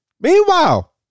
meanwhile